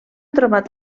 trobat